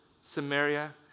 Samaria